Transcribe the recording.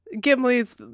Gimli's